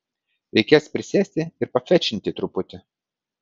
reikės prisėsti ir pafečinti truputį